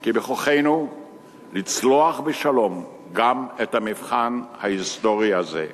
כי בכוחנו לצלוח בשלום גם את המבחן ההיסטורי הזה.